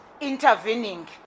intervening